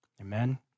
Amen